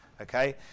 okay